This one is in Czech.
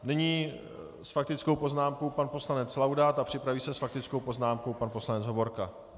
Nyní s faktickou poznámkou pan poslanec Laudát a připraví se s faktickou poznámkou pan poslanec Hovorka.